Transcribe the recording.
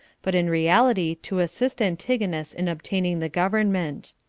but in reality to assist antigonus in obtaining the government.